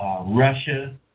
Russia